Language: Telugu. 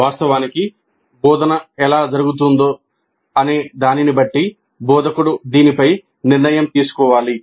వాస్తవానికి బోధన ఎలా జరుగుతుందో అనే దానిని బట్టి బోధకుడు దీనిపై నిర్ణయం తీసుకోవాలి